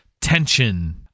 tension